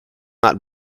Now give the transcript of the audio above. not